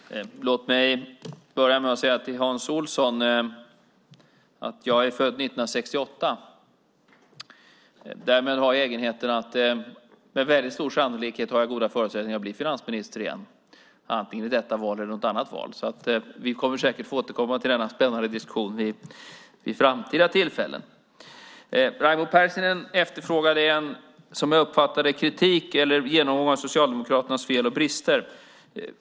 Herr talman! Låt mig börja med att säga till Hans Olsson att jag är född 1968. Därmed har jag egenheten att med väldigt stor sannolikhet ha goda förutsättningar att bli finansminister igen, antingen i detta val eller i något annat val. Vi kommer säkert att få återkomma till denna spännande diskussion vid framtida tillfällen. Raimo Pärssinen efterfrågade som jag uppfattade det kritik eller en genomgång av Socialdemokraternas fel och brister.